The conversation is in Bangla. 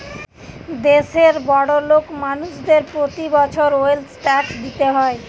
দেশের বড়োলোক মানুষদের প্রতি বছর ওয়েলথ ট্যাক্স দিতে হয়